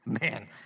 man